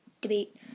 debate